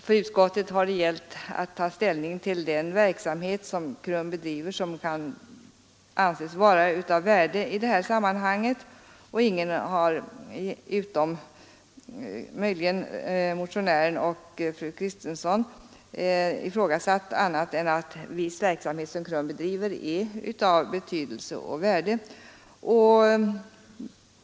För utskottet har det gällt att ta ställning till den verksamhet som KRUM bedriver och som kan anses vara av värde i detta sammanhang. Ingen utom möjligen motionärerna och fru Kristensson har ifrågasatt annat än att viss verksamhet som KRUM bedriver är av betydelse och värde.